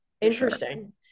Interesting